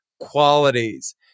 qualities